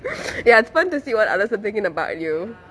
ya it's fun to see what others are thinking about you